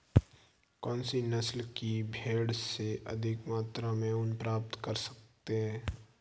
कौनसी नस्ल की भेड़ से अधिक मात्रा में ऊन प्राप्त कर सकते हैं?